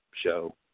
show